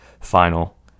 final